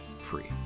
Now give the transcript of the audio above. free